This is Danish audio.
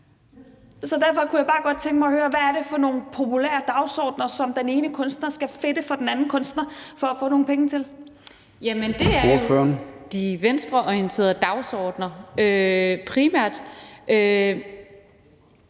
Så derfor kunne jeg bare godt tænke mig høre: Hvad er det for nogle populære dagsordener, som den ene kunstner skal fedte for den anden kunstner for at få nogle penge til? Kl. 20:51 Formanden (Søren Gade): Ordføreren.